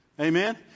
Amen